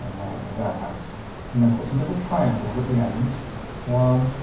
that that and then put some little triangles at the end one,